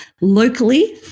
Locally